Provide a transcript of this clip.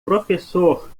professor